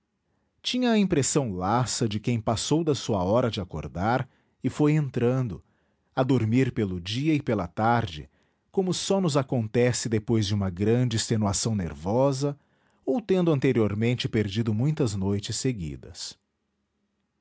tinha a impressão lassa de quem passou da sua hora de acordar e foi entrando a dormir pelo dia e pela tarde como só nos acontece depois de uma grande extenuação nervosa ou tendo anteriormente perdido muitas noites seguidas